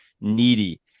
needy